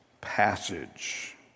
passage